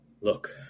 Look